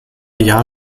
jahr